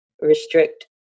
restrict